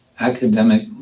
academic